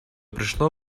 пришло